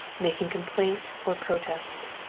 making complaint or protest.